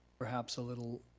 perhaps a little,